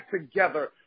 together